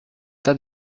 tas